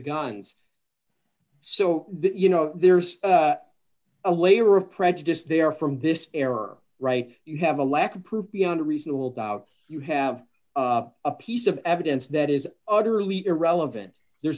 guns so you know there's a layer of prejudice there from this error right you have a lack of proof beyond a reasonable doubt you have a piece of evidence that is utterly irrelevant there's